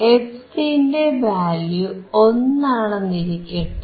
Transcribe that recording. fc ന്റെ value 1 ആണെന്നിരിക്കട്ടെ